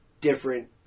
different